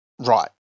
Right